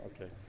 okay